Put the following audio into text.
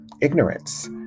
ignorance